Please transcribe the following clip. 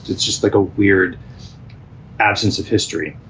it's just like a weird absence of history,